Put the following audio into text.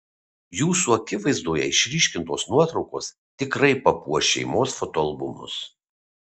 jūsų akivaizdoje išryškintos nuotraukos tikrai papuoš šeimos fotoalbumus